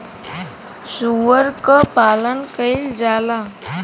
सूअर क पालन कइल जाला